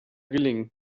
gelingen